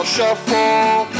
Shuffle